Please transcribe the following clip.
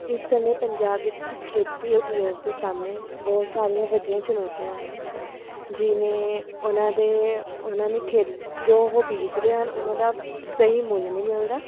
ਇਸ ਸਮੇਂ ਪੰਜਾਬ ਵਿੱਚ ਖੇਤੀ ਉਦਯੋਗ ਦੇ ਸਾਹਮਣੇ ਬਹੁਤ ਸਾਰੀਆਂ ਵੱਡੀਆਂ ਚੁਣੌਤੀਆਂ ਹਨ ਜਿਵੇਂ ਉਨ੍ਹਾਂ ਦੇ ਉਨ੍ਹਾਂ ਨੂੰ ਖੇ ਜੋ ਉਹ ਬੀਜਦੇ ਹਨ ਉਨ੍ਹਾਂ ਦਾ ਸਹੀ ਮੁੱਲ ਨਹੀਂ ਮਿਲਦਾ